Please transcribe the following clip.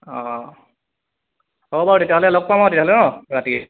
অঁ হ'ব বাৰু তেতিয়াহ'লে লগ পাম আৰু তেতিয়া হ'লে ন ৰাতিয়েই